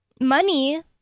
money—